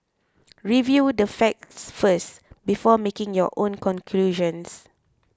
review the facts first before making your own conclusions